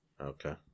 Okay